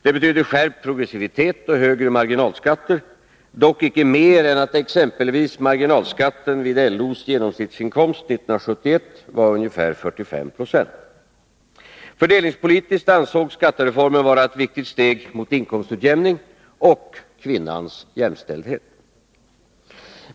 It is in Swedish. Det betydde skärpt progressivitet och högre marginalskatter, dock icke mer än att exempelvis marginalskatten vid LO:s genomsnittsinkomst 1971 var ungefär 45 90. Fördelningspolitiskt ansågs skattereformen vara ett viktigt steg mot inkomstutjämning — och kvinnans jämställdhet.